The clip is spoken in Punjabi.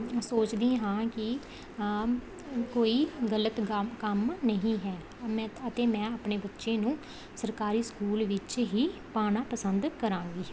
ਸੋਚਦੀ ਹਾਂ ਕਿ ਕੋਈ ਗਲਤ ਗਾਮ ਕੰਮ ਨਹੀਂ ਹੈ ਮੈਂ ਅਤੇ ਮੈਂ ਆਪਣੇ ਬੱਚੇ ਨੂੰ ਸਰਕਾਰੀ ਸਕੂਲ ਵਿੱਚ ਹੀ ਪਾਉਣਾ ਪਸੰਦ ਕਰਾਂਗੀ